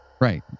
Right